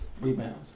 rebounds